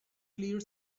clear